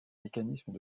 mécanisme